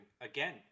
again